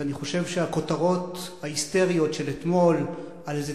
אז אני חושב שהכותרות ההיסטריות של אתמול על איזה